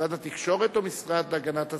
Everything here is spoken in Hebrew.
משרד התקשורת או המשרד להגנת הסביבה?